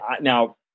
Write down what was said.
now